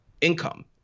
income